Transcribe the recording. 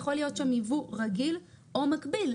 יכול להיות שם יבוא רגיל או מקביל,